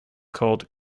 called